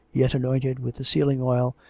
yet anointed with the sealing oil,